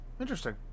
interesting